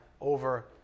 over